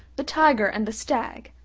the tiger and the stag,